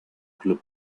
club